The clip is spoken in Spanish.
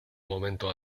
momento